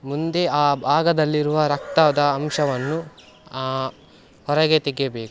ಮುಂದೆ ಆ ಭಾಗದಲ್ಲಿರುವ ರಕ್ತದ ಅಂಶವನ್ನು ಆ ಹೊರಗೆ ತೆಗೆಯಬೇಕು